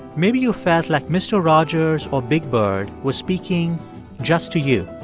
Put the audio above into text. maybe you felt like mr. rogers or big bird was speaking just to you.